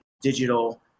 digital